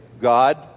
God